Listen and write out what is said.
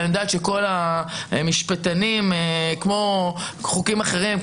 אני יודעת שכל המשפטנים כמו בחוקים אחרים,